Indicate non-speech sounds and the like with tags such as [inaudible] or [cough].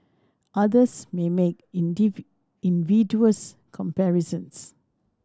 others may make [unintelligible] invidious comparisons